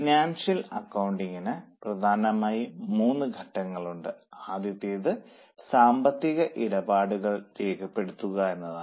financial അക്കൌണ്ടിങ്ന് പ്രധാനമായും മൂന്ന് ഘട്ടങ്ങളുണ്ട് ആദ്യത്തേത് സാമ്പത്തിക ഇടപാടുകൾ രേഖപ്പെടുത്തുക എന്നതാണ്